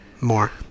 More